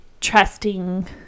trusting